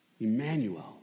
Emmanuel